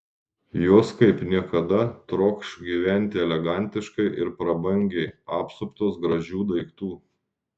jos kaip niekada trokš gyventi elegantiškai ir prabangiai apsuptos gražių daiktų